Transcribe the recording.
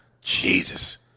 Jesus